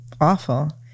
awful